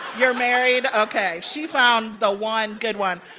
you're married? ok. she found the one good one.